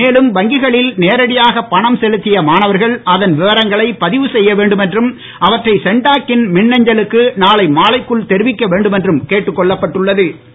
மேலும் வங்கிகளில் நேரடியாக பணம் செலுத்திய மாணவர்கள் அதன் விவரங்களை பதிவு செய்ய வேண்டும் என்றும் அவற்றை சென்டாக்கின் மின்னஞ்சலுக்கு நாளை மாலைக்குள் தெரிவிக்க வேண்டும் என்றும் கேட்டுக் கொள்ளப்பட்டுள்ள து